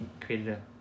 created